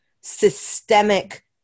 systemic